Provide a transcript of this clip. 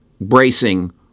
bracing